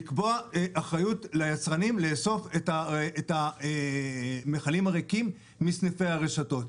הם צריכים לקבוע אחריות ליצרנים לאסוף את המכלים הריקים מסניפי הרשתות.